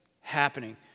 happening